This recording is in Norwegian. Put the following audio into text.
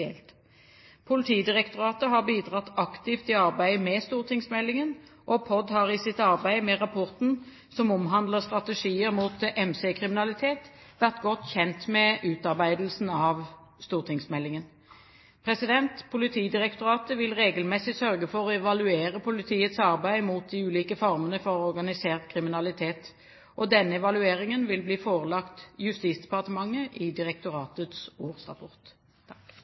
Politidirektoratet, POD, har bidratt aktivt i arbeidet med stortingsmeldingen. POD har i sitt arbeid med rapporten som omhandler strategier mot MC-kriminalitet, vært godt kjent med utarbeidelsen av stortingsmeldingen. Politidirektoratet vil regelmessig sørge for å evaluere politiets arbeid mot de ulike formene for organisert kriminalitet. Denne evalueringen vil bli forelagt Justisdepartementet i direktoratets årsrapport. Takk